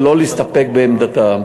ולא להסתפק בעמדתם.